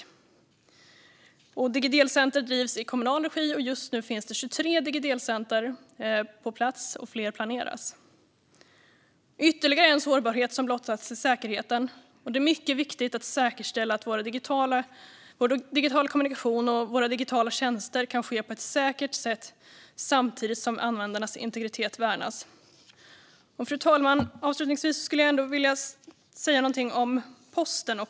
Digidelcenter drivs i kommunal regi. Just nu finns 23 digidelcenter på plats, och fler planeras. Ytterligare en sårbarhet som blottats är säkerheten. Det är mycket viktigt att säkerställa att vår digitala kommunikation och våra digitala tjänster kan ske på ett säkert sätt samtidigt som användarnas integritet värnas. Fru talman! Avslutningsvis skulle jag vilja säga något om posten.